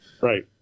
Right